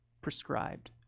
prescribed